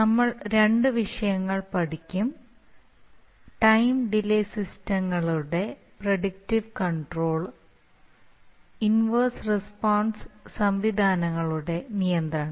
നമ്മൾ 2 വിഷയങ്ങൾ പഠിക്കും ടൈം ഡിലേ സിസ്റ്റങ്ങളുടെ പ്രിഡിക്റ്റിവ് കൺട്രോൾ ഇൻവർസ് റസ്പോൺസ് സംവിധാനങ്ങളുടെ നിയന്ത്രണം